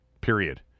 period